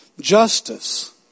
justice